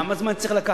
כמה זמן זה צריך לקחת,